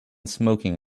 smoking